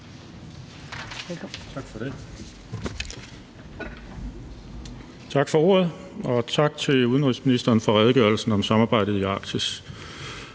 Tak for ordet, og tak til udenrigsministeren for redegørelsen om samarbejdet i Arktis.